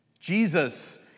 Jesus